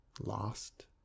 lost